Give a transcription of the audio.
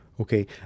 Okay